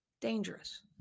dangerous